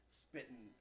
spitting